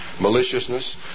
maliciousness